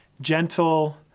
gentle